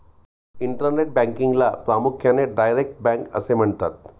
internet बँकिंगला प्रामुख्याने direct bank असे म्हणतात